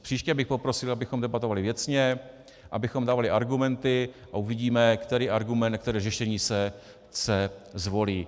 Příště bych poprosil, abychom debatovali věcně, abychom dávali argumenty, a uvidíme, který argument, které řešení se zvolí.